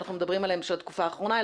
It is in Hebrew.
שאנחנו מדברים עליהן מהתקופה האחרונה,